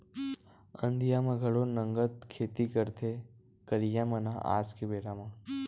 अंधिया म घलो नंगत खेती करथे करइया मन ह आज के बेरा म